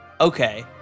Okay